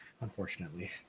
unfortunately